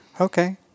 Okay